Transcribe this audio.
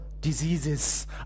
diseases